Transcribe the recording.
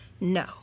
No